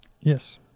yes